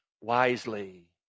wisely